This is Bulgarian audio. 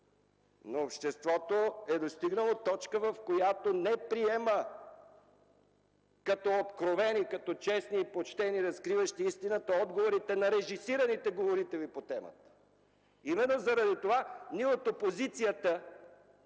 но обществото е достигнало до точка в развитието си, в която не приема като откровени, като честни и почтени, разкриващи истината, отговорите на режисираните говорители по темата. И именно заради това ние от опозицията